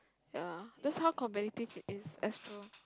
ya that's how competitive it is Astro